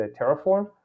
Terraform